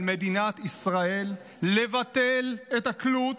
על מדינת ישראל לבטל את התלות